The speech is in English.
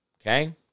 okay